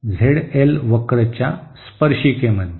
आणि ZL वक्र च्या स्पर्शिका मध्ये